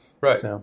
Right